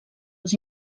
els